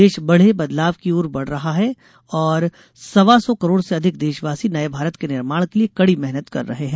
देश बढ़े बदलाव की और बढ़ रहा है और सवा सौ करोड़ से अधिक देशवासी नये भारत के निर्माण के लिये कड़ी मेहनत कर रहे हैं